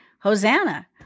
Hosanna